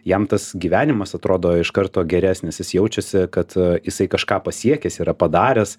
jam tas gyvenimas atrodo iš karto geresnis jis jaučiasi kad jisai kažką pasiekęs yra padaręs